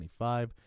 25